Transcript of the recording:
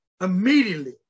Immediately